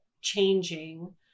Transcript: changing